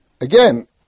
Again